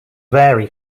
vary